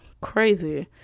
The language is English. crazy